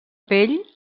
pell